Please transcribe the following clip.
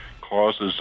causes